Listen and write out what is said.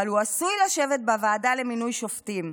אבל הוא עשוי לשבת בוועדה למינוי שופטים.